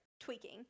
Tweaking